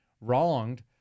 wronged